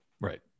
Right